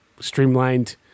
streamlined